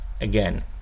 Again